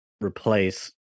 replace